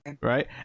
Right